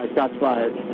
ah shots fired